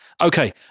Okay